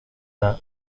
رفت